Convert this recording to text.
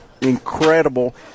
incredible